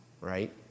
right